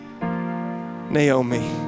Naomi